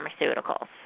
pharmaceuticals